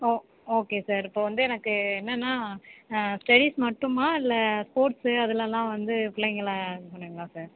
ஓ okay sir இப்போ வந்து எனக்கு என்னென்னா ஸ்டடீஸ் மட்டுமா இல்லை ஸ்போர்ட்ஸ் அதில்லாம் வந்து பிள்ளைங்களை இது பண்ணுவீங்களா சார்